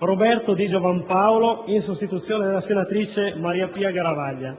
Roberto Di Giovan Paolo in sostituzione della senatrice Mariapia Garavaglia;